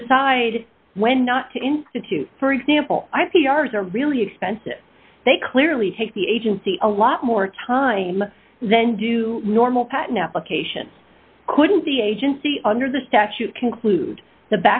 to decide when not to institute for example i think ours are really expensive they clearly take the agency a lot more time than do normal patent applications couldn't the agency under the statute conclude the